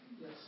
Yes